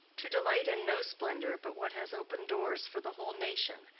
to delight in no splendor but what has open doors for the whole nation,